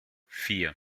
vier